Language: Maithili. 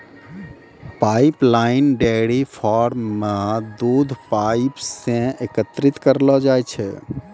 पाइपलाइन डेयरी फार्म म दूध पाइप सें एकत्रित करलो जाय छै